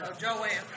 Joanne